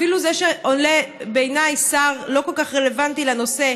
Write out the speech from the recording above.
אפילו זה שעולה שר שבעיניי לא כל כך רלוונטי לנושא,